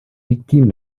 victime